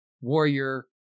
Warrior